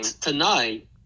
tonight